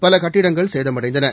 பல கட்டிடங்கள் சேதமடைந்தன